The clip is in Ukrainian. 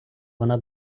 вона